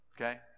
okay